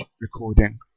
recording